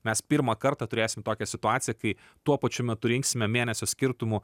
mes pirmą kartą turėsim tokią situaciją kai tuo pačiu metu rinksime mėnesio skirtumu